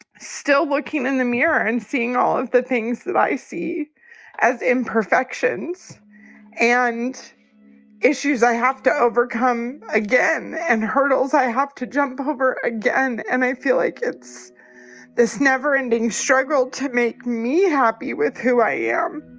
still looking in the mirror and seeing all of the things that i see as imperfections and issues i have to overcome again and the hurdles i have to jump over again. and i feel like it's this never ending struggle to make me happy with who i am